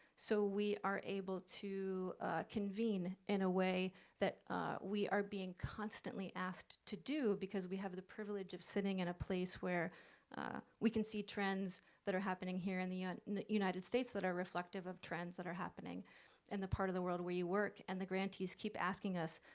so we are able to convene in a way that we are being constantly asked to do, because we have the privilege of sitting in a place where we can see trends that are happening here in the ah and united states that are reflective of trends that are happening in and the part of the world where you work. and the grantees keep asking us,